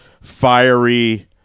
fiery